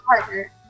partner